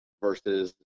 versus